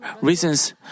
reasons